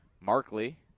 Markley